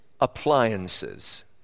appliances